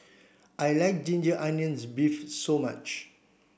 I like ginger onions beef so much